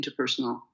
interpersonal